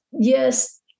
yes